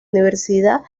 universidad